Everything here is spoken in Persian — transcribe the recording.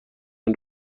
این